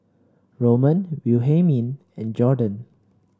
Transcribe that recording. Roman Wilhelmine and Jorden